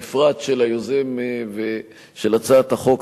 בפרט של היוזמים של הצעת החוק,